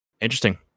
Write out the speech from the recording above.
Interesting